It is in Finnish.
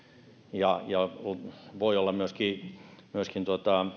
ja voi olla myöskin myöskin